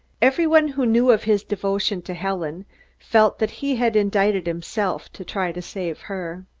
every one who knew of his devotion to helen felt that he had indicted himself to try to save her.